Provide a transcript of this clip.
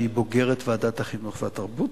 שהיא בוגרת ועדת החינוך והתרבות,